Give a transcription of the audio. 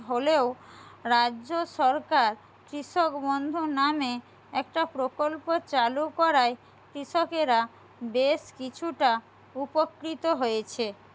হলেও রাজ্য সরকার কৃষক বন্ধু নামে একটা প্রকল্প চালু করায় কৃষকেরা বেশ কিছুটা উপকৃত হয়েছে